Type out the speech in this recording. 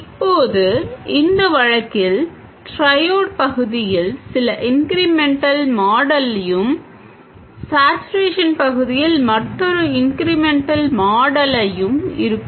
இப்போது இந்த வழக்கில் ட்ரையோட் பகுதியில் சில இன்க்ரிமென்டல் மாடல்யும் சேட்சுரேஷன் பகுதியில் மற்றொரு இன்க்ரிமென்டல் மாடலையும் இருக்கும்